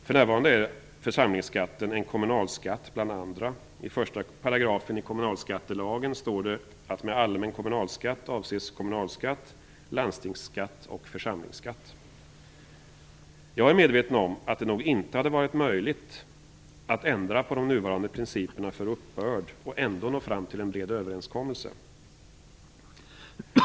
För närvarande är församlingsskatten en kommunalskatt bland andra. I 1 § kommunalskattelagen står att med allmän kommunalskatt avses kommunalskatt, landstingsskatt och församlingsskatt. Jag är medveten om att det nog inte hade varit möjligt att ändra på de nuvarande principerna för uppbörd och ändå nå fram till en bred överenskommelse.